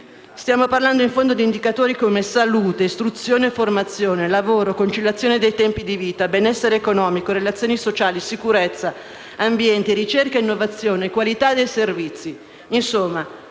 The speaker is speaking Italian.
Stiamo parlando in fondo di indicatori come salute, istruzione e formazione, lavoro e conciliazione dei tempi di vita, benessere economico, relazioni sociali, sicurezza, ambiente, ricerca e innovazione, qualità dei servizi. Insomma,